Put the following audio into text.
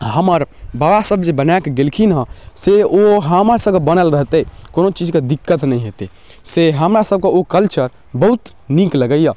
हमर बाबा सब जे बना कऽ गेलखिन हँ से ओ हमरा सबके बनल रहतै कोनो चीजके दिक्कत नहि हेतै से हमरा सबके ओ कल्चर बहुत नीक लागैय